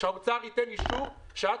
שהאוצר ייתן אישור שעד